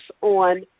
on